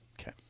Okay